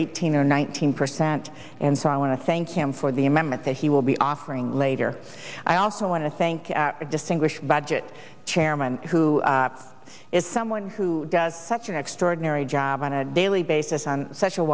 eighteen or nineteen percent and so i want to thank him for the amendment that he will be offering later i also want to thank a distinguished budget chairman who is someone who does such an extraordinary job on a daily basis on such a